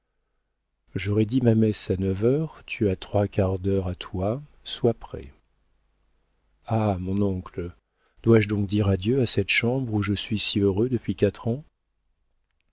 j'aurai dit ma messe à neuf heures tu as trois quarts d'heure à toi sois prêt ah mon oncle dois-je donc dire adieu à cette chambre où je suis si heureux depuis quatre ans